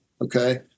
Okay